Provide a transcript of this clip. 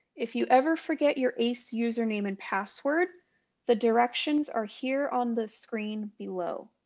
if you ever forget your ace username and password the directions are here on the screen below.